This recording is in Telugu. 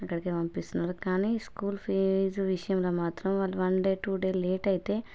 అక్కడికి పంపిస్తున్నారు కానీ స్కూల్ ఫీజు విషయంలో మాత్రం వాళ్ళు one day two day late అయితే